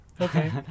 Okay